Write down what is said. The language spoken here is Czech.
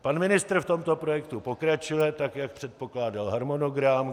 Pan ministr v tomto projektu pokračuje tak, jak předpokládal harmonogram.